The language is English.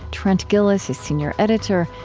trent gilliss is senior editor.